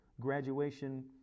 graduation